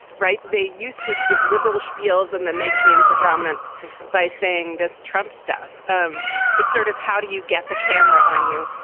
right. they used to give liberal spiels and then they came to prominence by saying this trump stuff. um it's sort of how do you get the camera on you?